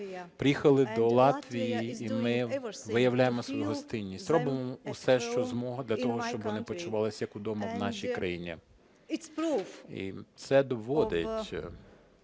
приїхали до Латвії, і ми виявляємо свою гостинність, робимо все, що можемо для того, щоб вони почувалися як удома в нашій країні. І це доводить